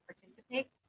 participate